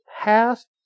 past